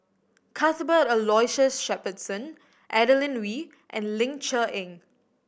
Cuthbert Aloysius Shepherdson Adeline Ooi and Ling Cher Eng